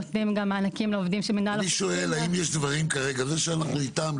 נותנים גם מענקים לעובדים של מינהל --- זה שאנחנו איתם,